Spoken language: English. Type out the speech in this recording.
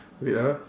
wait ah